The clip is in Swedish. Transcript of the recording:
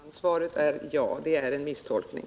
Herr talman! Svaret är ja. Det är en misstolkning.